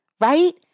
right